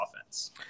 offense